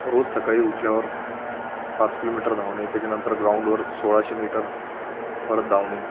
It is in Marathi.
रोज सकाळी उठल्यावर पाच किलोमीटर धावणे त्याच्यानंतर ग्राउंडवर सोळाशे मीटर परत धावणे